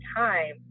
time